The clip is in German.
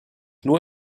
nur